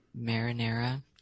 Marinara